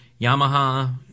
Yamaha